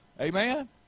Amen